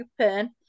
open